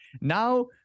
now